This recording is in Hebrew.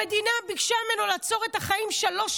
המדינה ביקשה ממנו לעצור את החיים לשלוש שנים.